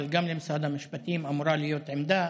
אבל גם למשרד המשפטים אמורה להיות עמדה,